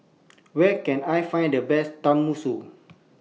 Where Can I Find The Best Tenmusu